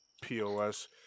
POS